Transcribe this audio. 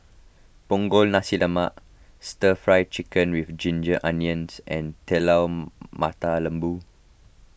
Punggol Nasi Lemak Stir Fry Chicken with Ginger Onions and Telur Mata Lembu